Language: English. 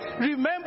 remember